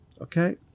okay